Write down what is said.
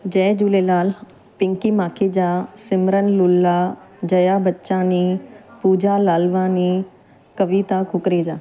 Jay Jhulelal Pinky Makhija Simran Lulla Jaya Bachchani Pooja Lalwani Kavita Kukreja